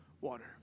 water